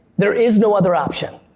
there is no other option.